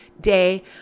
day